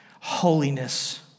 holiness